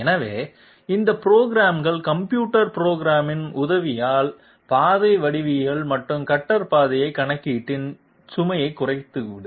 எனவே இந்த புரோகிராம்கள் கம்ப்யூட்டர் புரோகிராமின் உதவியால் பாதை வடிவவியல் மற்றும் கட்டர் பாதை கணக்கீட்டின் சுமையைக் குறைத்து விடும்